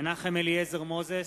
מנחם אליעזר מוזס,